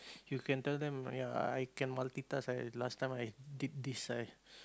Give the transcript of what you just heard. you can tell them ya I can multi task I last time I did this I